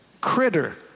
critter